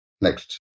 Next